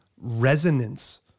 resonance